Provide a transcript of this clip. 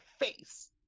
face